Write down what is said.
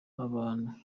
abantu